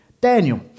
Daniel